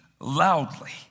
loudly